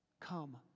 Come